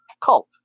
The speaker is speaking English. cult